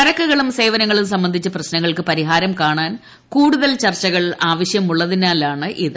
ചരക്കുകളും സേവനങ്ങളും സംബന്ധിച്ച് പ്രശ്നങ്ങൾക്ക് പരിഹാരം കാണാൻ കൂടുതൽ ചർച്ചകൾ ആവശ്യമുള്ളതിനാലാണ് ഇത്